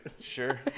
Sure